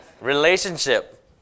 Relationship